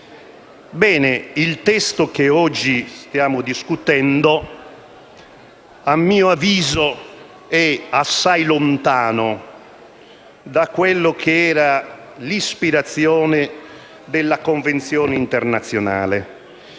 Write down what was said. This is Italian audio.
Il testo che oggi stiamo discutendo, a mio avviso, è assai lontano da quella che era l'ispirazione della Convenzione internazionale,